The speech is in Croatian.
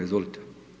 Izvolite.